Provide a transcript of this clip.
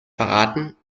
verraten